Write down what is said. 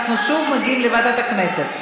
אנחנו שוב מגיעים לוועדת הכנסת.